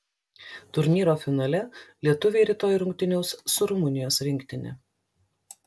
turnyro finale lietuviai rytoj rungtyniaus su rumunijos rinktine